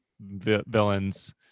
villains